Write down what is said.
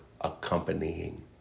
accompanying